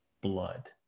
blood